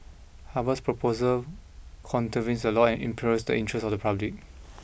Harvard's proposal contravenes the law and imperils the interest of the public